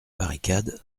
barricade